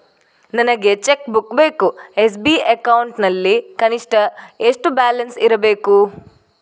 ನನಗೆ cheque book ಬೇಕು SB account ನಲ್ಲಿ ಕನಿಷ್ಠ ಎಷ್ಟು ಬ್ಯಾಲೆನ್ಸ್ ಇರಬೇಕು?